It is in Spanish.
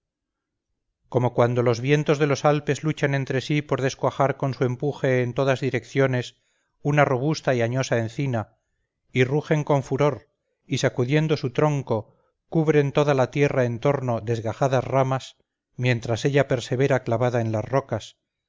como cuando los vientos de los alpes luchan entre sí por descuajar con su empuje en todas direcciones una robusta y añosa encina y rugen con furor y sacudiendo su trono cubren toda la tierra en torno desgajadas ramas mientras ella persevera clavada en las rocas